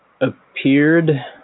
appeared